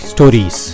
Stories